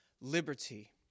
liberty